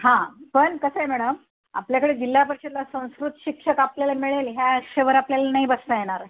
हां पण कसं आहे मॅडम आपल्याकडे जिल्हापरिषदला संस्कृत शिक्षक आपल्याला मिळेल ह्या आशेवर आपल्याला नाही बसता येणार